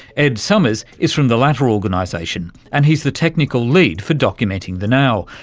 ed summers is from the latter organisation and he's the technical lead for documenting the now,